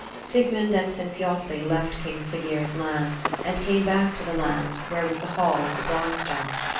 sigmund and sinfiotli left king siggeir's land and came back to the land where was the hall of the branstock.